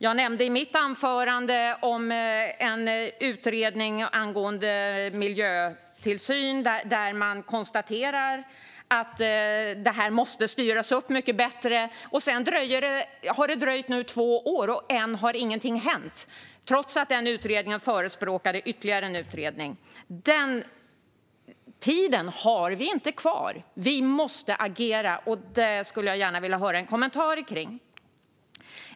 Jag nämnde i mitt anförande en utredning angående miljötillsyn där man konstaterar att det måste styras upp mycket bättre. Men nu har det gått två år, och ännu har ingenting hänt trots att utredningen förespråkade ytterligare en utredning. Den tiden har vi inte kvar; vi måste agera. Detta skulle jag gärna vilja höra en kommentar till.